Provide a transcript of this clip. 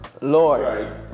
Lord